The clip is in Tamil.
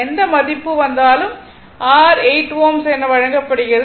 எந்த மதிப்பு வந்தாலும் r 8 Ω என வழங்கப்படுகிறது